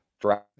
draft